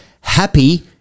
happy